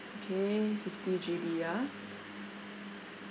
K fifty G_B ah